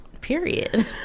period